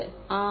மாணவர் ஆம்